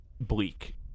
bleak